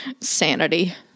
sanity